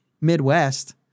Midwest